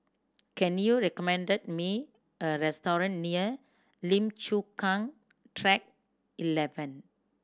can you recommend me a restaurant near Lim Chu Kang Track Eleven